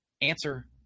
answer